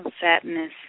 Sadness